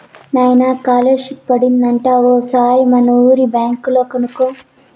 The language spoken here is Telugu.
నాయనా కాలర్షిప్ పడింది అంట ఓసారి మనూరి బ్యాంక్ లో కనుకో